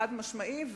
חד-משמעי,